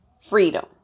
freedom